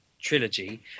trilogy